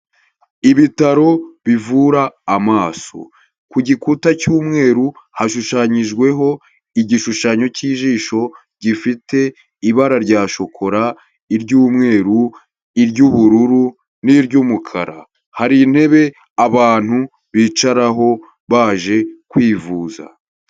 Ibitaro bivura amaso, ku gikuta cy'umweru hashushanyijweho igishushanyo cy'ijisho, gifite ibara rya shokora, iry'umweru, iry'ubururu n'iry'umukara, hari intebe abantu bicaraho baje kwivuza.